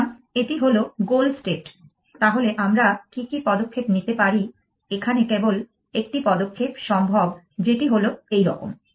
সুতরাং এটি হলো গোল স্টেট তাহলে আমরা কি কি পদক্ষেপ নিতে পারি এখানে কেবল একটি পদক্ষেপ সম্ভব যেটি হলো এইরকম